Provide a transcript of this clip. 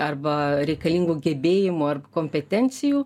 arba reikalingų gebėjimų ar kompetencijų